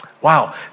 Wow